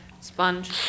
Sponge